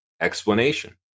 explanation